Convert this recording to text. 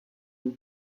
une